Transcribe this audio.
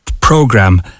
program